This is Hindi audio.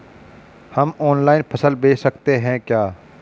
हम ऑनलाइन फसल बेच सकते हैं क्या?